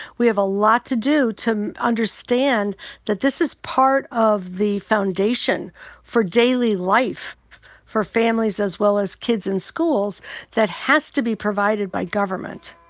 we have a lot to do to understand that this is part of the foundation for daily life for families as well as kids in schools that has to be provided by government.